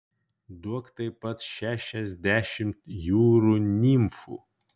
duok taip pat šešiasdešimt jūrų nimfų